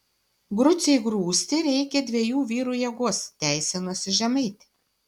grucei grūsti reikia dviejų vyrų jėgos teisinosi žemaitė